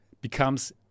becomes